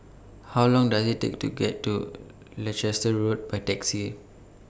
How Long Does IT Take to get to Leicester Road By Taxi